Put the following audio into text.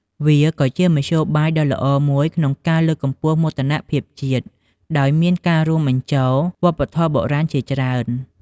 វាក៏ជាមធ្យោបាយដ៏ល្អមួយក្នុងការលើកកម្ពស់មោទនភាពជាតិ ដោយមានការរួមបញ្ចូលវប្បធម៌បុរាណជាច្រើន ។